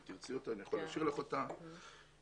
שלפיה,